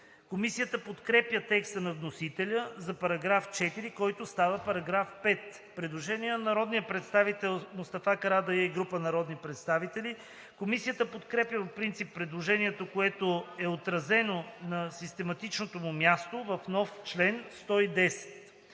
Комисията подкрепя текста на вносителя за § 4, който става § 5. Предложение на народния представител Мустафа Карадайъ и група народни представители. Комисията подкрепя по принцип предложението, което е отразено на систематичното му място в нов чл. 110.